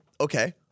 Okay